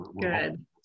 Good